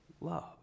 love